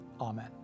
Amen